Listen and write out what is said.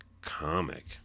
comic